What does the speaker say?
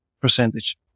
percentage